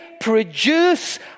produce